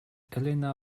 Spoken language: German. elena